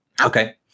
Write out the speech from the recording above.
Okay